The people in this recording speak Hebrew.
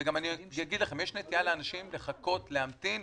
אני גם אגיד לכם: יש נטייה לאנשים לחכות, להמתין.